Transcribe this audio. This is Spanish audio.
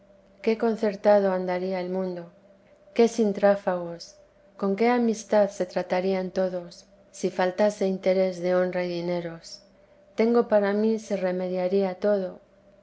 qué concertado andaría el mundo qué sin tráfagos con qué amistad se tratarían todos si faltase interese de honra y dineros tengo para mí se remediaría todo